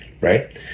Right